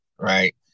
right